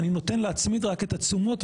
אני נותן להצמיד רק את התשומות.